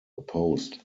opposed